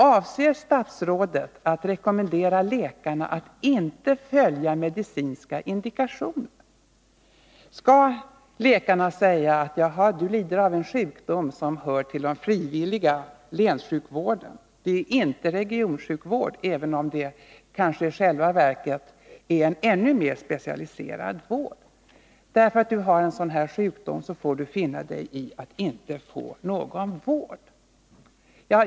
Avser statsrådet att rekommendera läkarna att inte följa medicinska indikationer? Skall läkarna säga på följande sätt: Du lider av en sjukdom som hör till den frivilliga utomlänssjukvården, den omfattas inte av regionsjukvårdsbegreppet — även om det kanske i själva verket rör sig om en ännu mer specialiserad vård. Därför att du har en sådan här sjukdom får du finna dig i att inte få någon vård.